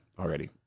already